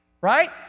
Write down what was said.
Right